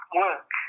work